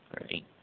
right